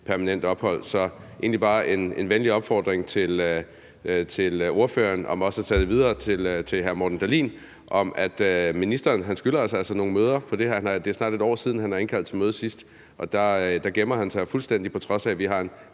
permanent ophold. Så det er egentlig bare en venlig opfordring til ordføreren om også at tage med videre til hr. Morten Dahlin, at ministeren altså skylder os nogle møder om det her. Det er snart et år siden, han har indkaldt til møde sidst, og der gemmer han sig jo fuldstændig, på trods af at vi har en